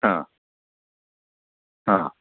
हां हां